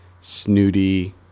snooty